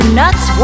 nuts